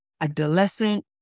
adolescent